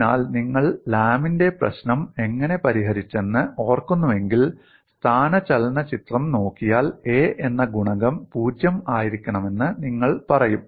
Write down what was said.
അതിനാൽ നിങ്ങൾ ലാമിന്റെ പ്രശ്നം എങ്ങനെ പരിഹരിച്ചെന്ന് ഓർക്കുന്നുവെങ്കിൽ സ്ഥാനചലന ചിത്രം നോക്കിയാൽ A എന്ന ഗുണകം 0 ആയിരിക്കണമെന്ന് നിങ്ങൾ പറയും